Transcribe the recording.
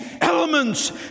elements